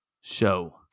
Show